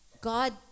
God